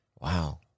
wow